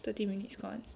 thirty minutes gone